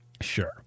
Sure